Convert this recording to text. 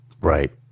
Right